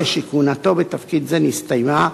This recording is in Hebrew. הרי שכהונתו בתפקיד זה נסתיימה,